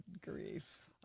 Grief